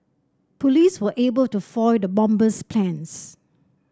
police were able to foil the bomber's plans